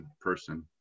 person